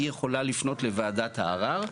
היא יכולה לפנות לוועדת הערער,